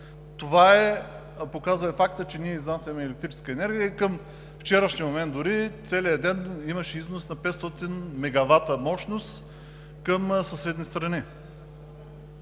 Това показва и фактът, че ние изнасяме електрическа енергия. Към целия вчерашен ден дори имаше износ на 500 мегавата мощност към съседни страни.